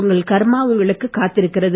உங்கள் கர்மா உங்களுக்காகக் காத்திருக்கிறது